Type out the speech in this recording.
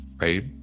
Right